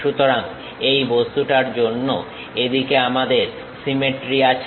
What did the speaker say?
সুতরাং এই বস্তুটার জন্য এদিকে আমাদের সিমেট্রি আছে